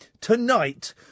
tonight